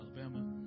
Alabama